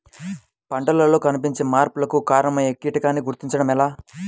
పంటలలో కనిపించే మార్పులకు కారణమయ్యే కీటకాన్ని గుర్తుంచటం ఎలా?